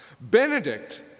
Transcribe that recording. Benedict